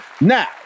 Now